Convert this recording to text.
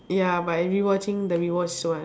ya but I rewatching the rewatched one